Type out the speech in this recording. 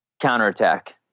counterattack